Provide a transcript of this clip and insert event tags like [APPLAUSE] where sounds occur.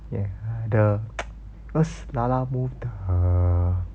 ya the [NOISE] because Lalamove the